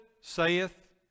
saith